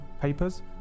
papers